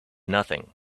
nothing